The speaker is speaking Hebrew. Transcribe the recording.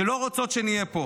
שלא רוצות שנהיה פה.